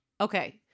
Okay